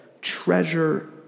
treasure